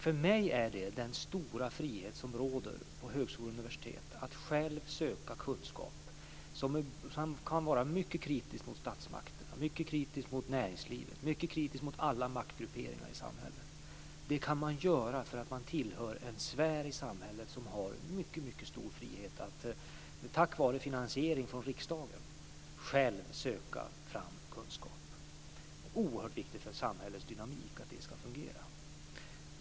För mig är det den stora frihet som råder på högskolor och universitet att själv söka kunskap, som kan vara mycket kritisk mot statsmakterna, mycket kritisk mot näringslivet och mycket kritisk mot alla maktgrupperingar i samhället. Det kan man göra därför att man tillhör en sfär i samhället som har mycket stor frihet att tack vare finansiering från riksdagen själv söka fram kunskap. Det är oerhört viktigt för ett samhälles dynamik att det fungerar.